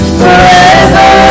forever